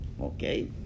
Okay